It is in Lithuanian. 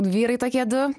vyrai tokie du